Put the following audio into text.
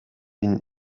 den